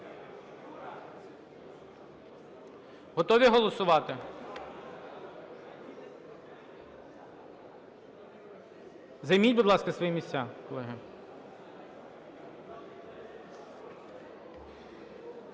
Готові голосувати? Займіть, будь ласка, свої місця, колеги.